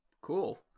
Cool